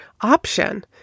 option